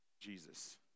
Jesus